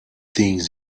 things